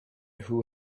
who